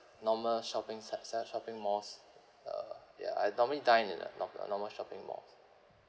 normal shopping cen~ cen~ shopping malls uh ya I normally dine in a nor~ normal shopping mall